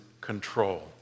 control